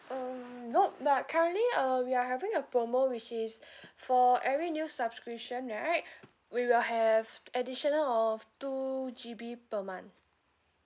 um nope but currently uh we are having a promo which is for every new subscription right we will have additional of two G_B per month